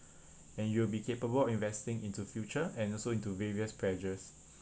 and you'll be capable of investing into future and also into various pleasures